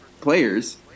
players